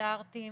בסטנדרטים